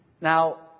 Now